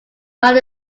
not